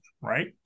right